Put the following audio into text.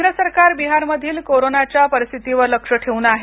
केंद्र सरकार बिहार मधील कोरोनाच्या परिस्थितीवर लक्ष ठेवून आहे